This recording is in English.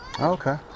okay